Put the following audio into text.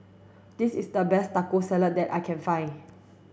this is the best Taco Salad that I can find